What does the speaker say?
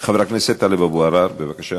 חבר הכנסת טלב אבו עראר, בבקשה.